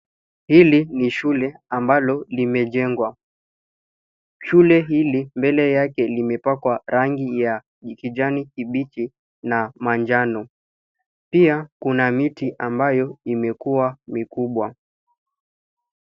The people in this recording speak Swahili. Hili ni shule ambalo limejengwa . Shule hili, mbele yake imepakwa rangi ya kijani kibichi na manjano. Pia, kuna miti ambayo imekuwa mikubwa.